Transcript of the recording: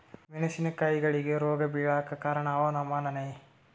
ಮೆಣಸಿನ ಕಾಯಿಗಳಿಗಿ ರೋಗ ಬಿಳಲಾಕ ಕಾರಣ ಹವಾಮಾನನೇ?